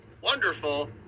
wonderful